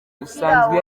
usanzwe